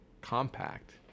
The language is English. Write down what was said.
compact